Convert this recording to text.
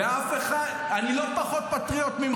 אל תגיד לי "אתם" אני לא פחות פטריוט ממך.